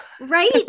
Right